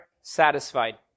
satisfied